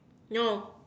no